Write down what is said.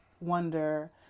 wonder